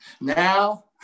Now